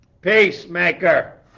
Peacemaker